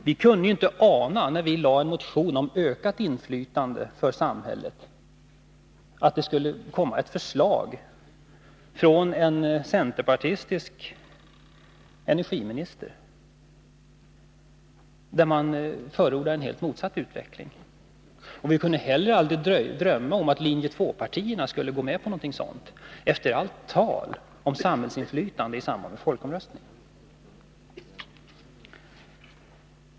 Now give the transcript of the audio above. Vi kunde inte ana när vi väckte en motion om ökat inflytande för samhället att det skulle komma ett förslag från en centerpartistisk energiminister som innebär en helt motsatt utveckling. Vi kunde heller aldrig drömma om att linje 2-partierna skulle gå med på något sådant, efter allt tal om samhällsinflytande i samband med folkomröstningen.